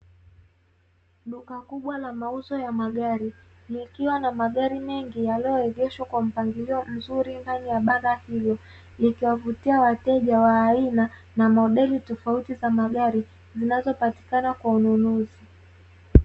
Duka kubwa la mauzo ya magari, likiwa na magari mengi yaliyoegeshwa kwa mpangilio mzuri ndani ya banda hilo. Likiwavutia wateja wa aina na modeli tofauti za magari, zinazopatikana kwa ununuzi.